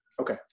Okay